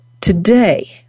Today